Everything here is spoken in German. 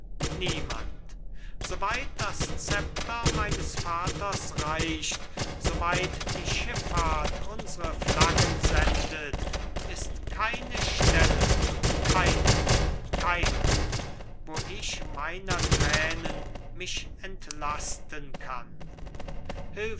niemand so weit das zepter meines vaters reicht so weit die schiffahrt unsre flaggen sendet ist keine stelle keine keine wo ich meiner tränen mich entlasten darf